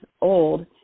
old